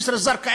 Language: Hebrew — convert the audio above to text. ג'סר-א-זרקא,